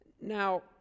now